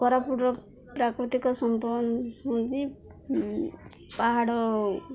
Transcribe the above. କୋରାପୁଟ୍ର ପ୍ରାକୃତିକ ସମ୍ପଦ ହଉଚି ପାହାଡ଼